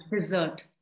dessert